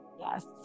Yes